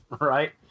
Right